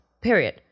period